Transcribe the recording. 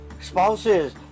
Spouses